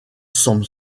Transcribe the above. semble